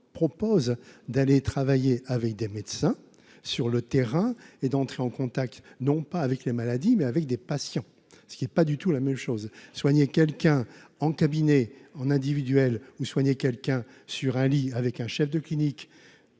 propose d'aller travailler avec des médecins sur le terrain et d'entrer en contact, non pas avec les maladies mais avec des patients, ce qui est pas du tout la même chose, soigner quelqu'un en cabinet en individuel ou soigner quelqu'un sur un lit avec un chef de clinique